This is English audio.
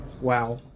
wow